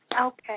Okay